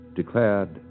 declared